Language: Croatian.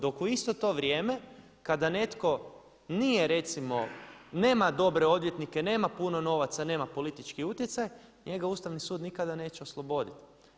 Dok u isto to vrijeme kada netko nije recimo, nema dobre odvjetnike, nema puno novaca, nema politički utjecaj njega Ustavni sud nikada neće osloboditi.